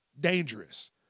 dangerous